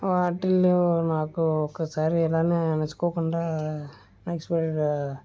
వాటిల్లో నాకు ఒక్కొక్కసారి ఇలానే అనుకోకుండా అనెక్స్పెక్టడ్గా